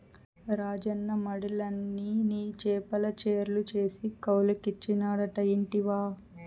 రాజన్న మడిలన్ని నీ చేపల చెర్లు చేసి కౌలుకిచ్చినాడట ఇంటివా